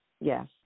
Yes